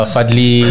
Fadli